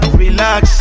relax